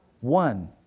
one